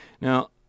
Now